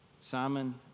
Simon